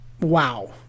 wow